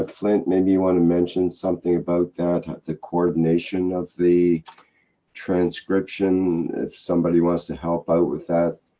ah flint, maybe you want to mention something about that, the coordination of the transcription? if somebody wants to help out with that,